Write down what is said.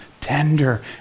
tender